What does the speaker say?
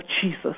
Jesus